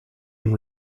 end